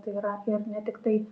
tai yra ir ne tik tai